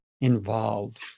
involved